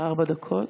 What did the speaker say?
יש לך ארבע דקות.